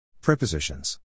Prepositions